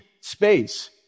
space